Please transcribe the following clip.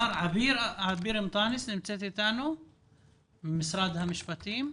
נמצאת אתנו עביר ממשרד המשפטים?